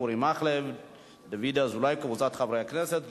אורי מקלב ודוד אזולאי וקבוצת חברי הכנסת,